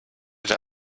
der